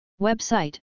Website